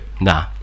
Nah